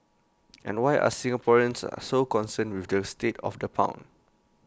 and why are Singaporeans are so concerned with the state of the pound